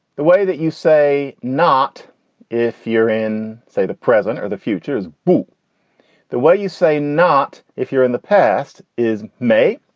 the way that you say not if you're in, say, the present or the future is the way you say. not if you're in the past is may.